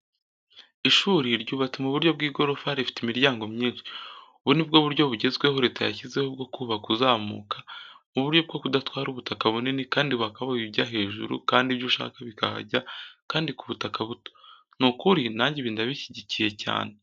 Ishuri ryubatse mu buryo bw'igorofa rifite imiryango myinshi. Ubu ni bwo buryo bugezweho leta yashizeho bwo kubaka uzamuka mu buryo bwo kudatwara ubutaka bunini kandi wakabaye ujya hejuru kandi ibyo ushaka bikahajya kandi ku butaka buto. Ni ukuri nanjye ibi ndabishyigikiye cyane.